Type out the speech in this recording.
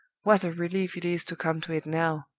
what a relief it is to come to it now!